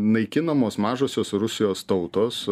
naikinamos mažosios rusijos tautos